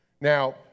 Now